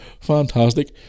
fantastic